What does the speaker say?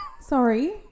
Sorry